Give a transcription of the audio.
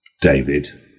David